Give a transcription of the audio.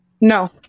No